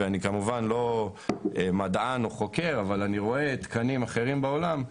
אני לא מדען או חוקר אבל אני רואה תקנים אחרים בעולם,